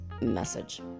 message